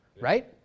Right